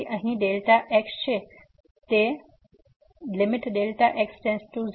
તેથી અહીં Δx છે